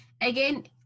again